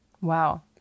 Wow